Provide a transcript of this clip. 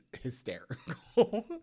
hysterical